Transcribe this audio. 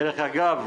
דרך אגב,